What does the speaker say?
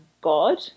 God